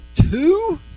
Two